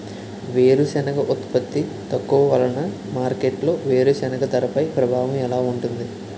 వేరుసెనగ ఉత్పత్తి తక్కువ వలన మార్కెట్లో వేరుసెనగ ధరపై ప్రభావం ఎలా ఉంటుంది?